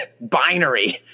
binary